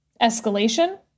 escalation